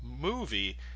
movie